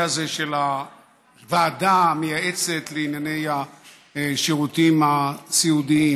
הזה של הוועדה המייעצת לענייני השירותים הסיעודיים.